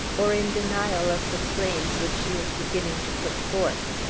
or in denial of the claims which she is beginning to put forth.